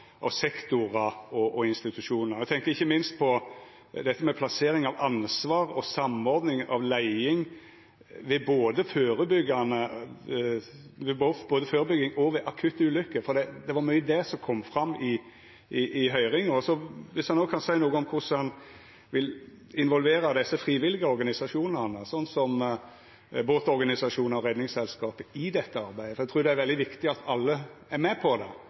og institusjonar. Eg tenkjer ikkje minst på dette med plassering av ansvar og samordning av leiing ved både førebygging og akutte ulukker, for det var mykje det som kom fram i høyringa, og om han òg kan seia noko om korleis han vil involvera dei frivillige organisasjonane, som båtorganisasjonar og Redningsselskapet, i dette arbeidet, for eg trur det er veldig viktig at alle er med på det,